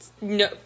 no